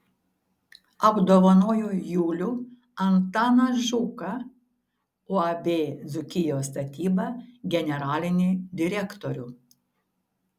apdovanojo julių antaną žuką uab dzūkijos statyba generalinį direktorių